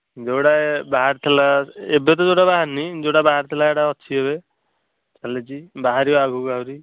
ଯୋଡ଼ାଏ ବାହାରିଥିଲା ଏବେତ ଯେଉଁଟା ବାହାରିନି ଯେଉଁଟା ବାହାରିଥିଲା ସେହିଟା ଅଛି ଏବେ ଚାଲିଛି ବାହାରିବ ଆଗୁକୁ ଆହୁରି